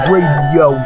Radio